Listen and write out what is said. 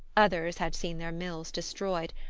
others had seen their mills destroyed,